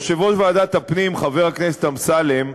יושב-ראש ועדת הפנים, חבר הכנסת אמסלם,